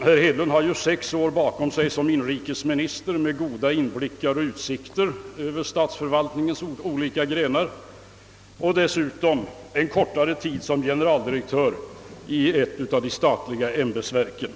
Herr Hedlund har ju sex år bakom sig som inrikesminister med goda inblickar i och utsikter över statsförvaltningens olika grenar och dessutom en kortare tid som generaldirektör i ett av de statliga ämbetsverken.